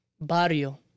Barrio